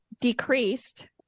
decreased